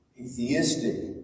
atheistic